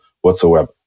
whatsoever